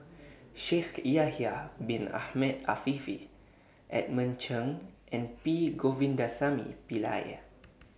Shaikh Yahya Bin Ahmed Afifi Edmund Cheng and P Govindasamy Pillai